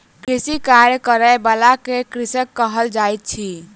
कृषिक कार्य करय बला के कृषक कहल जाइत अछि